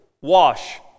wash